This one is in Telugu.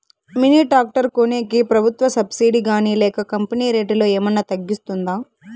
మిని టాక్టర్ కొనేకి ప్రభుత్వ సబ్సిడి గాని లేక కంపెని రేటులో ఏమన్నా తగ్గిస్తుందా?